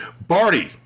Barty